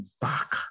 back